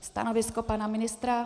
Stanovisko pana ministra?